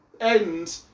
end